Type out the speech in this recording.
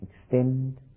extend